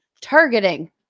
targeting